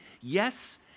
Yes